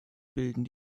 bilden